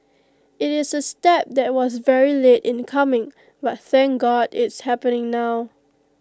IT is A step that was very late in coming but thank God it's happening now